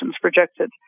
projected